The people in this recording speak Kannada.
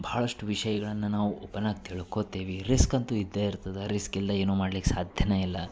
ಭಾಳಷ್ಟು ವಿಷಯಗಳನ್ನ ನಾವು ಓಪನ್ನಾಗಿ ತಿಳ್ಕೋತೇವಿ ರಿಸ್ಕ್ ಅಂತು ಇದ್ದೇ ಇರ್ತದೆ ರಿಸ್ಕ್ ಇಲ್ದ ಏನು ಮಾಡ್ಲಿಕ್ಕೆ ಸಾಧ್ಯನೆ ಇಲ್ಲ